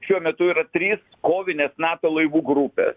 šiuo metu yra trys kovinės nato laivų grupės